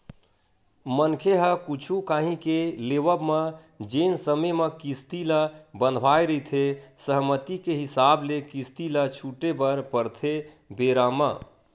मनखे ह कुछु काही के लेवब म जेन समे म किस्ती ल बंधवाय रहिथे सहमति के हिसाब ले किस्ती ल छूटे बर परथे बेरा म